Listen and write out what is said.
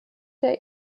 der